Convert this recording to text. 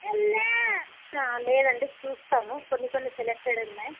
అమ్మ ఆ లేదండి చూస్తాను కొన్ని కొన్ని సెలెక్టెడ్ ఉన్నాయి